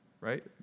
right